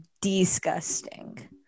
disgusting